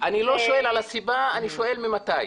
אני לא שואל על הסיבה, אני שואל ממתי.